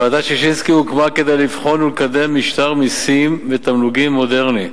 ועדת-ששינסקי הוקמה כדי לבחון ולקדם משטר מסים ותמלוגים מודרני,